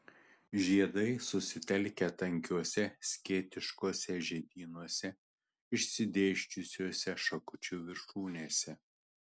žiedai susitelkę tankiuose skėtiškuose žiedynuose išsidėsčiusiuose šakučių viršūnėse